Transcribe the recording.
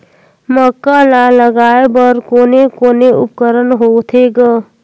मक्का ला लगाय बर कोने कोने उपकरण होथे ग?